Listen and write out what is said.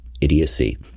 idiocy